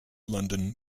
london